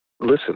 listen